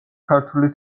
ქართული